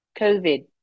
COVID